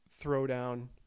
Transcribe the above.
throwdown